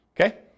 Okay